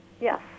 Yes